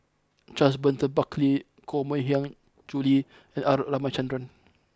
Charles Burton Buckley Koh Mui Hiang Julie and R Ramachandran